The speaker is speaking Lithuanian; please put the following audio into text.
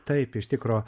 taip iš tikro